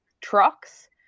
trucks